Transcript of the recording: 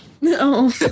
no